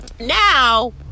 now